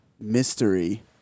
mystery